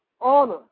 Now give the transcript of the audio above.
honor